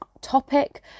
topic